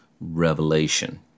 revelation